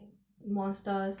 monsters